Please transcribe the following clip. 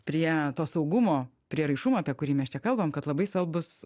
prie to saugumo prieraišumo apie kurį mes čia kalbam kad labai svarbus